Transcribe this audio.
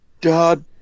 dad